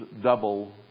double